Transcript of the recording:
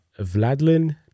Vladlin